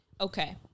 Okay